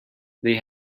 they